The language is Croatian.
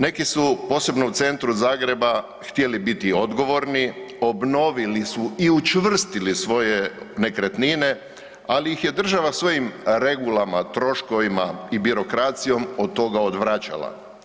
Neki su posebno u centru Zagreba htjeli biti odgovorni, obnovili su i učvrstili svoje nekretnine, ali ih je država svojih regulama, troškovima i birokracijom od toga odvraćala.